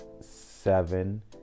seven